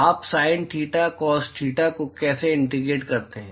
आप sin theta cos theta को कैसे इंटीग्रेट करते हैं